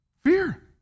fear